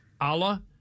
Allah